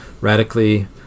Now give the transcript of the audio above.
Radically